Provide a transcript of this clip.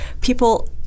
people